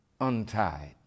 untied